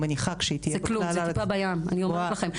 זה כלום, זה טיפה בים, אני אומרת לכם.